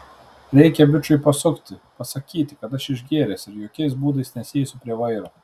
reikia bičui pasukti pasakyti kad aš išgėręs ir jokiais būdais nesėsiu prie vairo